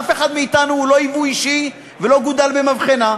אף אחד מאתנו הוא לא יבוא אישי ולא גודל במבחנה,